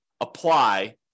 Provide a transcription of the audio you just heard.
apply